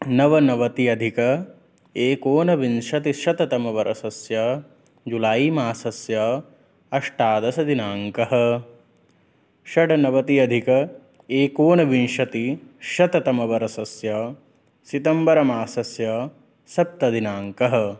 नवनवति अधिक एकोनविंशतिशततमवर्षस्य जुलै मासस्य अष्टादशदिनाङ्कः षड् नवति अधिक एकोनविंशतिशततमवर्षस्य सितम्बरमासस्य सप्तमदिनाङ्कः